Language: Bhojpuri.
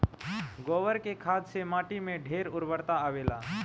गोबर के खाद से माटी में ढेर उर्वरता आवेला